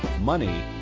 money